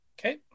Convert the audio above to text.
Okay